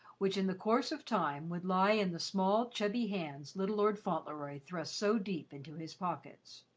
which in the course of time would lie in the small, chubby hands little lord fauntleroy thrust so deep into his pockets.